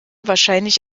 wahrscheinlich